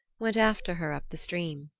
went after her up the stream.